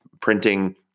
printing